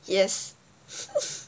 yes